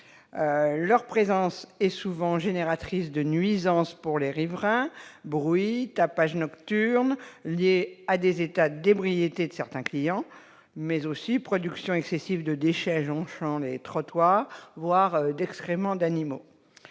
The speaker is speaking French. ces épiceries est souvent génératrice de nuisances pour les riverains : bruit, tapage nocturne lié à des états d'ébriété de certains clients, mais aussi production excessive de déchets jonchant les trottoirs, voire d'excréments d'animaux.